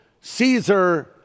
Caesar